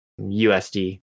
USD